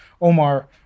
Omar